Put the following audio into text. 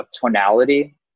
tonality